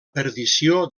perdició